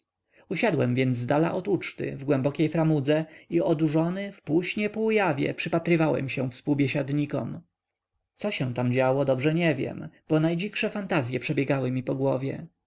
usiadłem więc zdala od uczty w głębokiej framudze i odurzony w pół-śnie pół-jawie przypatrywałem się współbiesiadnikom co się tam działo dobrze nie wiem bo najdziksze fantazye przebiegały mi po głowie